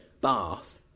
Bath